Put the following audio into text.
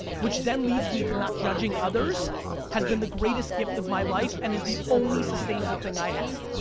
which then leads me to not judging others has been the greatest gift of my life and is the only sustainable thing i have.